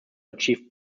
achieved